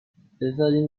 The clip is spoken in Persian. بزارین